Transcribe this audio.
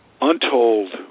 untold